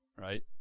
Right